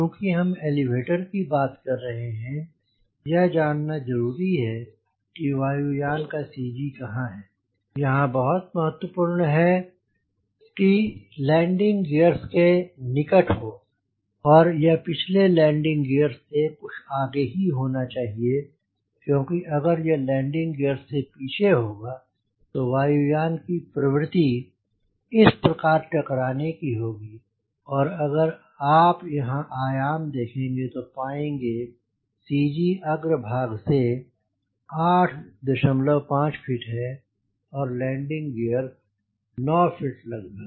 चूंकि हम एलीवेटर की बात कर रहे हैं यह जानना जरूरी है कि वायु यान का CG कहाँ है यह बहुत महत्वपूर्ण है कि यह लैंडिंग गियर्स के निकट हो और यह पिछले लैंडिंग गियर्स से कुछ आगे ही होना चाहिए क्योंकि अगर यह लैंडिंग गियर्स से पीछे होगा तो वायु यान की प्रवृति इस प्रकार टकराने की होगी और अगर आप यहाँ पर आयाम देखेंगे तो पाएंगे C G अग्रभाग से 8 5 फ़ीट है और लैंडिंग गियर्स 9 फ़ीट लगभग